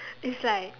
it's like